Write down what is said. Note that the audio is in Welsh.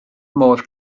modd